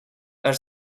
are